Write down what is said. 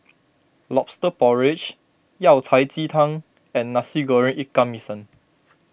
Lobster Porridge Yao Cai Ji Tang and Nasi Goreng Ikan Masin